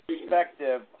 perspective